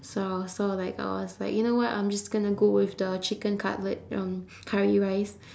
so I was so like I was like you know what I'm just gonna go with the chicken cutlet um curry rice